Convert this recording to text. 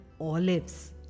olives